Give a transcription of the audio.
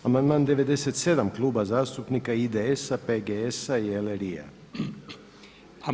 Amandman 97 Kluba zastupnika IDS-a, PGS-a LRI-a.